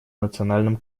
национальном